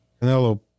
Canelo